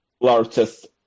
largest